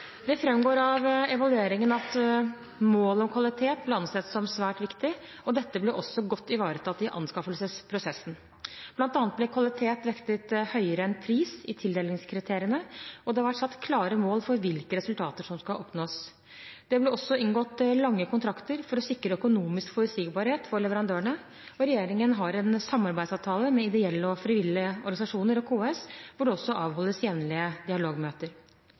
Det framgår av evalueringen at målet om kvalitet ble ansett som svært viktig, og dette ble også godt ivaretatt i anskaffelsesprosessen. Blant annet ble kvalitet vektet høyere enn pris i tildelingskriteriene, og det har vært satt klare mål for hvilke resultater som skal oppnås. Det ble også inngått lange kontrakter for å sikre økonomisk forutsigbarhet for leverandørene. Regjeringen har en samarbeidsavtale med ideelle og frivillige organisasjoner og KS hvor det også avholdes jevnlige dialogmøter.